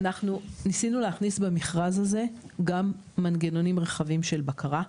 אנחנו ניסינו להכניס במכרז הזה גם מנגנונים רחבים של בקרה.